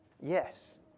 Yes